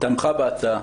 תמכה בהצעה.